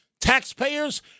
taxpayers